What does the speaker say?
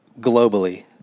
globally